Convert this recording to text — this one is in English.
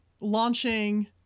launching